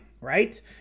right